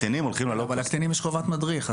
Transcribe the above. אבל הקטינים יש חובת מדריך,